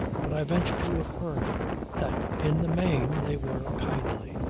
but i venture to affirm that in the main they were kindly,